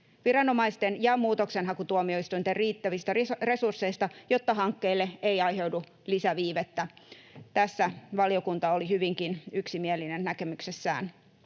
viranomaisten ja muutoksenhakutuomioistuinten riittävistä resursseista, jotta hankkeille ei aiheudu lisäviivettä. Tässä valiokunta oli hyvinkin yksimielinen näkemyksessään.